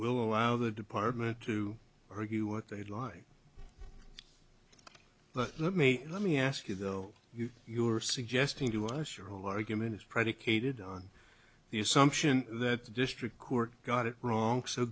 will allow the department to or you what they'd like to let me let me ask you though you were suggesting to us your whole argument is predicated on the assumption that the district court got it wrong so